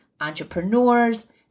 entrepreneurs